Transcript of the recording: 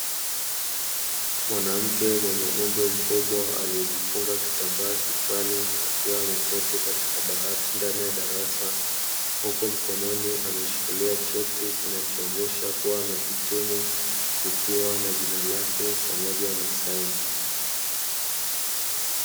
Mwanamke mwenye umri mkubwa aliyejifunga kitambaa kichwani akiwa ameketi katika dawati ndani ya darasa, huku mkononi ameshikilia cheti kinachoonyesha kuwa amehitimu, kikiwa na jina lake pamoja na saini.